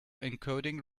encoding